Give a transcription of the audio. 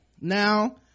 Now